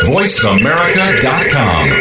VoiceAmerica.com